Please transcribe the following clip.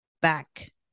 back